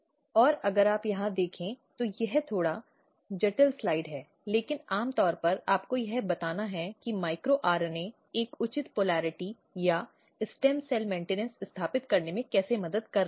और अगर आप यहां देखें तो यह थोड़ा जटिल स्लाइड है लेकिन आम तौर पर आपको यह बताना है कि माइक्रो आरएनए एक उचित ध्रुवीयता या स्टेम सेल रखरखाव स्थापित करने में कैसे मदद कर रहा है